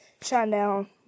Shinedown